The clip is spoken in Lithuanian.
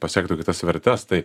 pasiektų tas vertes tai